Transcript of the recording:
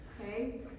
okay